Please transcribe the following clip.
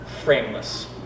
Frameless